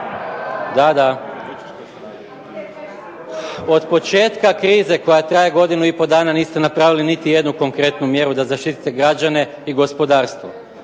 Da, da. Od početka krize koja traje godinu i pol dana niste napravili niti jednu konkretnu mjeru da zaštitite građane i gospodarstvo.